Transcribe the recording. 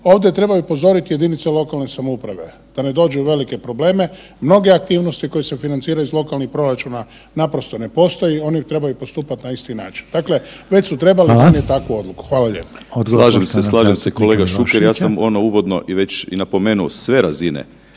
ovdje treba i upozorit i jedinice lokalne samouprave da ne dođu u velike probleme. Mnoge aktivnosti koje se financiraju iz lokalnih proračuna naprosto ne postoji, oni trebaju postupat na isti način. Dakle, već su trebali …/Upadica: Hvala/…donijet takvu odluku. Hvala lijepa. **Reiner, Željko (HDZ)** Odgovor poštovanog